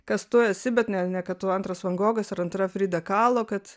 kas tu esi bet ne ne kad tu antras van gogas ar antra frida kalo kad